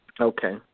Okay